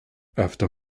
after